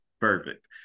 perfect